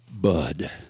bud